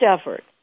effort